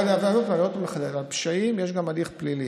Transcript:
אבל אני עוד פעם מחדד, על פשעים יש גם הליך פלילי.